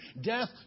Death